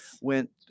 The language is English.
went